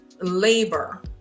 labor